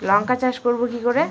লঙ্কা চাষ করব কি করে?